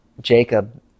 jacob